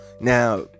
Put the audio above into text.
Now